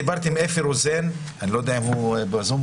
דיברתי עם אפי רוזן, אני לא יודע אם הוא בזום.